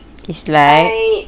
it's like